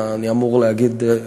אני אמור להגיד,